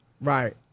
Right